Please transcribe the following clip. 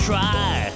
try